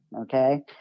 okay